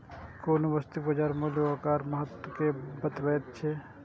कोनो वस्तुक बाजार मूल्य ओकर महत्ता कें बतबैत छै